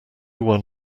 won